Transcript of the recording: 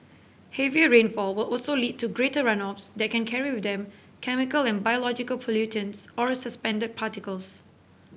heavier rainfall will also lead to greater runoffs that can carry with them chemical and biological pollutants or suspended particles